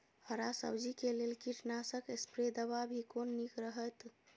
हरा सब्जी के लेल कीट नाशक स्प्रै दवा भी कोन नीक रहैत?